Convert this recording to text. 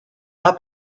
pas